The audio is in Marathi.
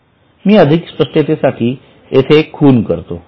मी अधिक स्पष्टते साठी येथे एक खूण करतो